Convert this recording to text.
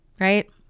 right